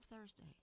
Thursday